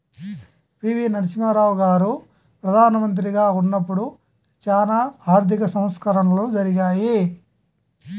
పి.వి.నరసింహారావు గారు ప్రదానమంత్రిగా ఉన్నపుడు చానా ఆర్థిక సంస్కరణలు జరిగాయి